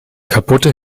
kaputte